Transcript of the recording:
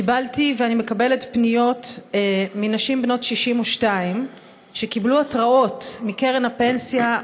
קיבלתי ואני מקבלת פניות מנשים בנות 62 שקיבלו התראות מקרן הפנסיה,